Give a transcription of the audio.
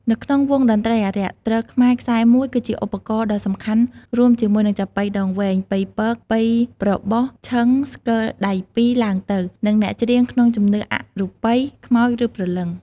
នៅក្នុងវង់តន្ត្រីអារក្ស ទ្រខ្មែរខ្សែ១ គឺជាឧបករណ៍ដ៏សំខាន់រួមជាមួយនឹងចាប៉ីដងវែង ប៉ីពក ប៉ីប្របុស ឈឹង ស្គរដៃពីរឡើងទៅ និងអ្នកច្រៀងក្នុងជំនឿអរូបី ខ្មោចឬព្រលឹង។